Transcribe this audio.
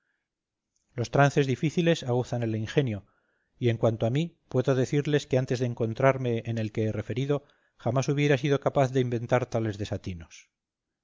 los trances difíciles aguzan al ingenio y en cuanto a mí puedo decir que antes de encontrarme en el que he referido jamás hubiera sido capaz de inventar tales desatinos